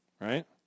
Right